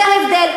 זה ההבדל.